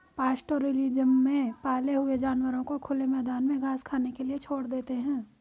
pastoralism में पाले हुए जानवरों को खुले मैदान में घास खाने के लिए छोड़ देते है